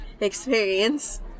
experience